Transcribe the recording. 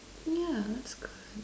yeah that's good